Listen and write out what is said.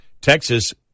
Texas